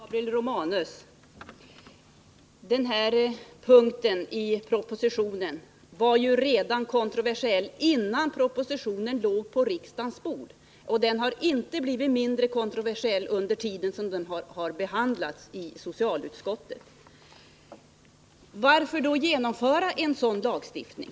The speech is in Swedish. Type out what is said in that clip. Herr talman! Men, Gabriel Romanus, att den här punkten i propositionen var kontroversiell visade sig ju redan innan propositionen låg på riksdagens bord. Och den har inte blivit mindre kontroversiell under den tid som den har behandlats i socialutskottet. Varför då genomföra en sådan lagstiftning?